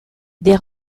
des